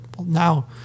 now